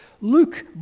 Luke